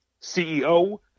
CEO